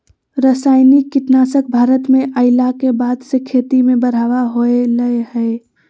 रासायनिक कीटनासक भारत में अइला के बाद से खेती में बढ़ावा होलय हें